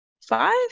five